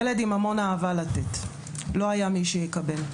ילד עם המון אהבה לתת, לא היה מי שיקבל.